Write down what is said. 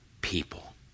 people